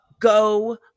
go